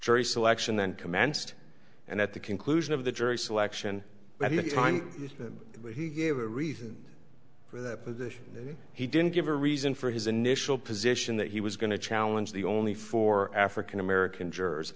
jury selection then commenced and at the conclusion of the jury selection by the time he gave a reason for that he didn't give a reason for his initial position that he was going to challenge the only four african american jurors